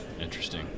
Interesting